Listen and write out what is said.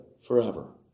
forever